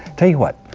tell you what,